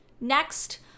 Next